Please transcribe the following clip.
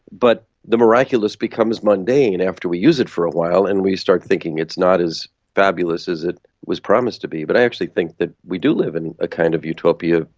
but the miraculous becomes mundane after we use it for a while, and we start thinking it's not as fabulous as it was promised to be. but i actually think that we do live in a kind of utopia,